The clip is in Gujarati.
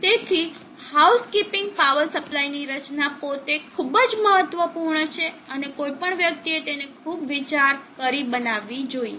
તેથી હાઉસકીપિંગ પાવર સપ્લાય ની રચના પોતે ખૂબ જ મહત્વપૂર્ણ છે અને કોઇપણ વ્યક્તિએ તેને ખૂબ વિચાર કરી બનાવવી જોઈએ